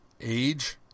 age